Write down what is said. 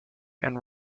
and